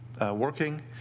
working